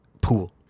pool